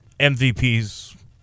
MVPs